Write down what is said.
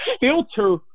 filter